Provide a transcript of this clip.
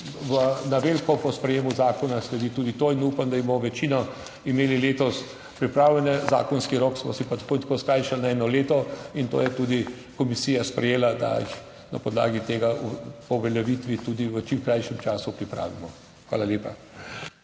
na veliko po sprejemu zakona sledi tudi to in upam, da jih bomo večino imeli letos pripravljene, zakonski rok smo si pa tako ali tako skrajšali na eno leto in to je tudi komisija sprejela, da jih na podlagi tega po uveljavitvi tudi v čim krajšem času pripravimo. Hvala lepa.